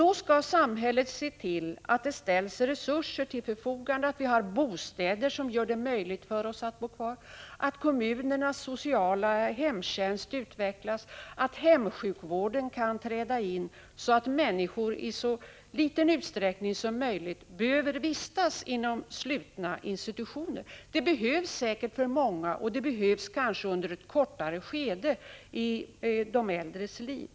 Då skall samhället se till att det ställs resurser till förfogande, att vi har bostäder som gör det möjligt att bo kvar hemma, att kommunernas sociala hemtjänst utvecklas och att hemsjukvården kan träda in, så att människor i så liten utsträckning som möjligt behöver vistas på slutna institutioner. Det fordras dock säkert för många, men kanske under ett kortare skede i de äldres liv.